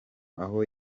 aho